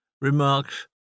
remarks